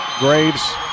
Graves